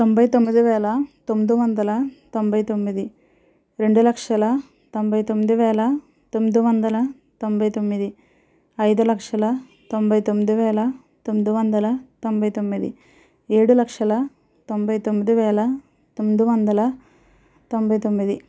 తొంభై తొమ్మిది వేల తొమ్మిది వందల తొంభై తొమ్మిది రెండు లక్షల తొంభై తొమ్మిది వేల తొమ్మిది వందల తొంభై తొమ్మిది ఐదు లక్షల తొంభై తొమ్మిది వేల తొమ్మిది వందల తొంభై తొమ్మిది ఏడు లక్షల తొంభై తొమ్మిది వేల తొమ్మిది వందల తొంభై తొమ్మిది